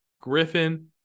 Griffin